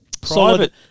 Private